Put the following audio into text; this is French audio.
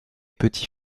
petit